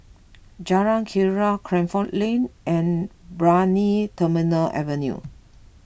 Jalan Keria Crawford Lane and Brani Terminal Avenue